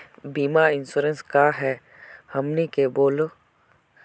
बीमा इंश्योरेंस का है हमनी के बोली?